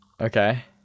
Okay